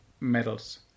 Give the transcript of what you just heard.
medals